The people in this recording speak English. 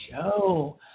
show